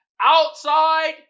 outside